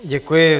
Děkuji.